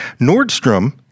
Nordstrom